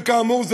וכאמור,